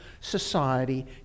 society